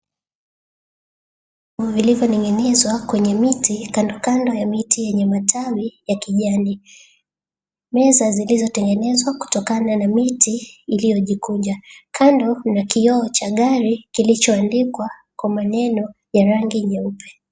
Zilizoning'inizwa kwenye miti kando kando ya miti yenye matawi ya kijani. Meza zilizotengenezwa kutokana na miti iliyojikunja kando na kioo cha gari kilichoandikwa kwa maneno ya rangi nyeupe.